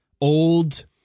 old